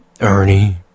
Ernie